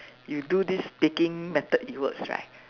you do this baking method it works right